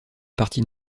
partie